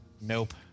Nope